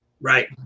Right